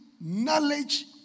knowledge